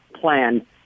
plan